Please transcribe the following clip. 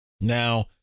Now